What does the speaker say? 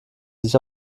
sich